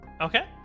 Okay